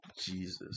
Jesus